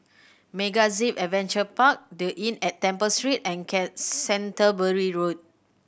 MegaZip Adventure Park The Inn at Temple Street and Canterbury Road